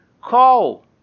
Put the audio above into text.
Call